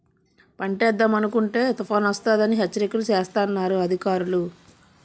పంటేద్దామనుకుంటే తుపానొస్తదని హెచ్చరికలు సేస్తన్నారు అధికారులు